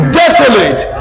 desolate